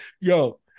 Yo